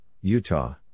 Utah